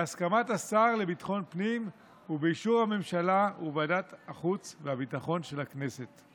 בהסכמת השר לביטחון הפנים ובאישור הממשלה וועדת החוץ והביטחון של הכנסת.